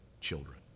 children